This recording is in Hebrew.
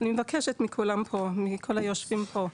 אני מבקשת מכל היושבים פה,